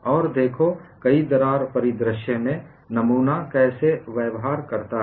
और देखो कई दरार परिदृश्य में नमूना कैसे व्यवहार करता है